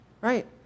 right